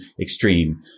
extreme